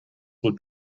would